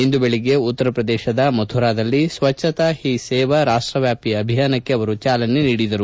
ಇಂದು ಬೆಳಗ್ಗೆ ಉತ್ತರಪ್ರದೇಶದ ಮಥುರಾದಲ್ಲಿ ಸ್ವಜ್ಞತಾ ಹಿ ಸೇವಾ ರಾಷ್ಟವ್ಯಾಪಿ ಅಭಿಯಾನಕ್ಕೆ ಅವರು ಚಾಲನೆ ನೀಡಿದರು